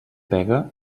pega